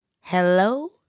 Hello